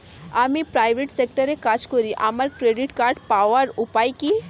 আমি প্রাইভেট সেক্টরে কাজ করি আমার ক্রেডিট কার্ড পাওয়ার উপায় কি?